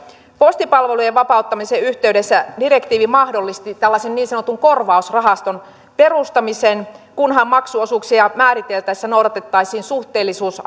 postipalvelujen vapauttamisen yhteydessä direktiivi mahdollisti tällaisen niin sanotun korvausrahaston perustamisen kunhan maksuosuuksia määriteltäessä noudatettaisiin suhteellisuus